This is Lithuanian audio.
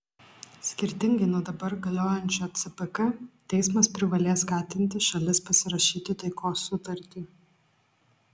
skirtingai nuo dabar galiojančio cpk teismas privalės skatinti šalis pasirašyti taikos sutartį